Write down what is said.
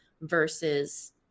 versus